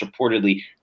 reportedly